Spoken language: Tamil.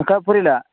அக்கா புரியலை